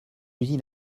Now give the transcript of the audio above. usine